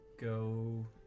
go